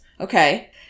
okay